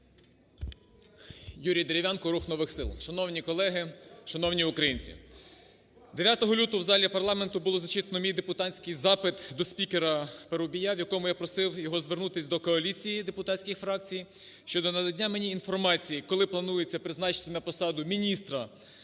Юрій Дерев'янко, "Рух нових сил". Шановні колеги! Шановні українці! Дев'ятого лютого в залі парламенту було зачитано мій депутатський запит до спікера Парубія, в якому я просив його звернутись до коаліції депутатських фракцій щодо надання мені інформації, коли планується призначення на посаду міністра